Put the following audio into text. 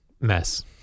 mess